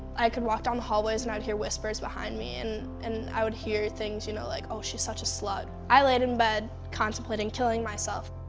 i could walk down the hallways and i would hear whispers behind me, and i would hear things you know like oh, she's such a slut. i laid in bed contemplating killing myself.